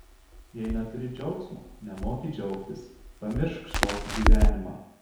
jei neturi džiaugsmo nemoki džiaugtis pamiršk tokį gyvenimą